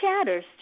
chatters